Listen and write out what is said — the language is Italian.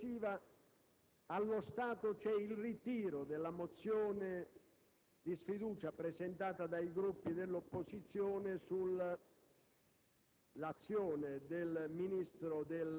Per quanto riguarda la settimana successiva, allo stato c'è il ritiro della mozione di sfiducia presentata dai Gruppi dell'opposizione